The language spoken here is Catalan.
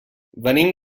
venim